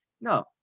No